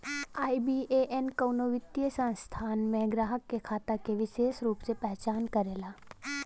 IBAN कउनो वित्तीय संस्थान में ग्राहक के खाता के विसेष रूप से पहचान करला